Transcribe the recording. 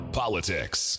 politics